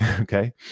Okay